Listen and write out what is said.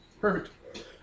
Perfect